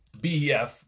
BEF